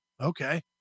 Okay